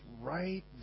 right